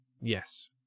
Yes